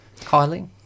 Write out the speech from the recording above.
Kylie